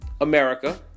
America